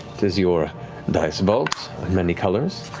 it is your dice vault of many colors.